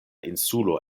insulo